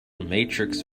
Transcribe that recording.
matrix